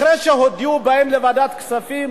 אחרי שהודיעו באים לוועדת הכספים.